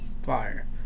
Fire